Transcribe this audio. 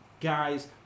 guys